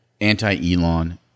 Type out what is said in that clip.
anti-Elon